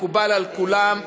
מקובל על כולם,